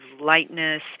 lightness